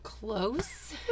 Close